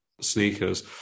sneakers